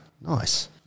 Nice